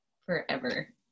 forever